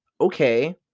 okay